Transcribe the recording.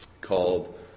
called